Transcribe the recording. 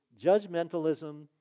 judgmentalism